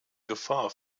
gefahr